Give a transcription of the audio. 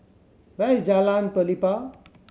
where is Jalan Pelepah